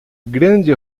grande